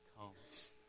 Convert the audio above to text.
comes